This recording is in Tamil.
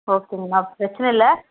ஓகேங்கம்மா பிரச்சின இல்லை